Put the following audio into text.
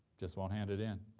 just won't hand it in,